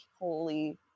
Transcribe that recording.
holy